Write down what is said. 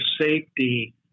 safety